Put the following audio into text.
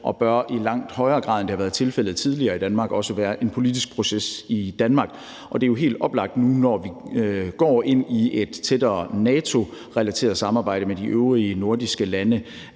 og bør i langt højere grad, end det tidligere har været tilfældet i Danmark, også være en politisk proces i Danmark. Og det er jo helt oplagt nu, hvor vi går ind i et tættere NATO-relateret samarbejde med de øvrige nordiske lande,